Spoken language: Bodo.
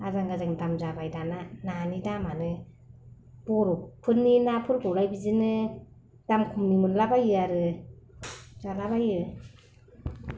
आजां गाजां दाम जाबाय दाना नानि दामानो बर'फ फोरनि ना फोरखौलाय बिदिनो दाम खमनि मोनलाबायो आरो जालाबायो